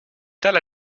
tale